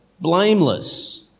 Blameless